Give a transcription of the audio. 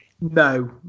No